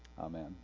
Amen